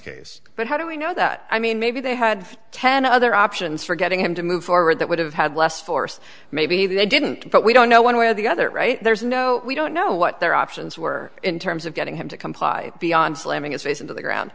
case but how do we know that i mean maybe they had ten other options for getting him to move forward that would have had less force maybe they didn't but we don't know one way or the other right there's no we don't know what their options were in terms of getting him to comply beyond slamming his face into the ground